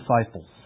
disciples